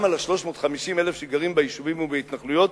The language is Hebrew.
גם על ה-350,000 שגרים ביישובים ובהתנחלויות.